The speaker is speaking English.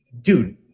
Dude